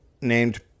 named